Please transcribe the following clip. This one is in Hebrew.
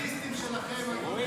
לאנרכיסטים שלכם אתם,